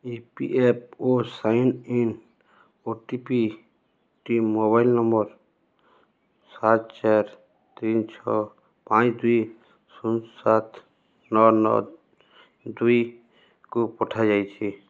E P F O sign in ଓଟିପିଟି mobile number ସାତ ଚାର ତିନି ଛଅ ପାଞ୍ଚ ଦୁଇ ଶୂନ ସାତ ନଅ ନଅ ଦୁଇକୁ ପଠାଯାଇଛି